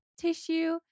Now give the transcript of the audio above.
tissue